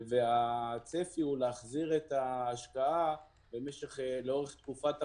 הצפי הוא להחזיר את ההשקעה לאורך תקופת החוזה.